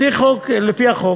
לפי החוק,